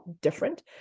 different